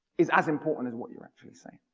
is as important as what you're actually saying.